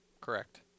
Correct